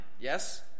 Yes